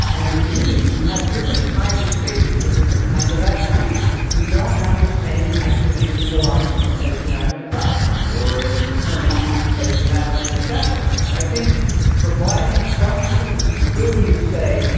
and at a community, you can have different kinds of spaces for different kinds of activities. you don't have the same activities in the locker room as you have in the classroom, or in the fraternity as you have in the chapel. and i think providing some students the ability to say,